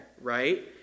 right